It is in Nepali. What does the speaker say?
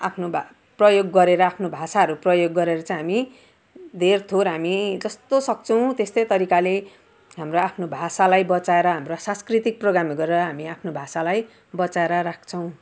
आफ्नो भा प्रयोग गरेर आफ्नो भाषाहरू प्रयोग गरेर चाहिँ हामी धेर थोर हामी जस्तो सक्छौँ त्यस्तो तरिकाले हाम्रो आफ्नो भाषालाई बचाएर हाम्रो सांस्कृतिक प्रोग्रामहरू गरेर हामी आफ्नो भाषालाई बचाएर राख्छौँ